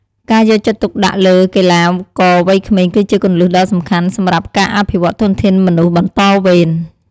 ការយកចិត្តទុកដាក់លើកីឡាករវ័យក្មេងគឺជាគន្លឹះដ៏សំខាន់សម្រាប់ការអភិវឌ្ឍធនធានមនុស្សបន្តវេន។